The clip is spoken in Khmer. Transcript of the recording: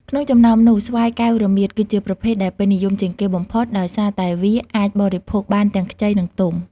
ក្នុងចំណោមនោះ ស្វាយកែវរមៀត គឺជាប្រភេទដែលពេញនិយមជាងគេបំផុត ដោយសារតែវាអាចបរិភោគបានទាំងខ្ចី និងទុំ។